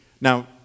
Now